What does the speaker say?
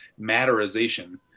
matterization